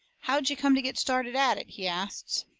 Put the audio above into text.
how'd you come to get started at it? he asts.